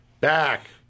back